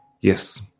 Yes